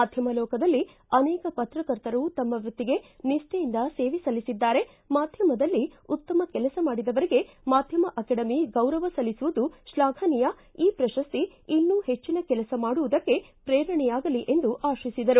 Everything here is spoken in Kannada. ಮಾಧ್ಯಮ ಲೋಕದಲ್ಲಿ ಅನೇಕ ಪತ್ರಕರ್ತರು ತಮ್ಮ ವೃತ್ತಿಗೆ ನಿಷ್ಠೆಯಿಂದ ಸೇವೆ ಸಲ್ಲಿಸಿದ್ದಾರೆ ಮಾಧ್ಯಮದಲ್ಲಿ ಉತ್ತಮ ಕೆಲಸ ಮಾಡಿದವರಿಗೆ ಮಾಧ್ಯಮ ಅಕಾಡೆಮಿ ಗೌರವ ಸಲ್ಲಿಸುವುದು ಶ್ಲಾಘನೀಯ ಈ ಪ್ರಶಸ್ತಿ ಇನ್ನೂ ಹೆಚ್ಚಿನ ಕೆಲಸ ಮಾಡುವುದಕ್ಕೆ ಪ್ರೇರಣೆಯಾಗಲಿ ಎಂದು ಆಶಿಸಿದರು